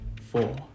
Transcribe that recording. four